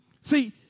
See